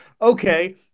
okay